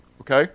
okay